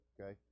okay